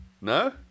No